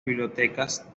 bibliotecas